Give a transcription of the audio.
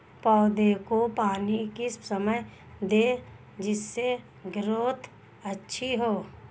पौधे को पानी किस समय दें जिससे ग्रोथ अच्छी हो?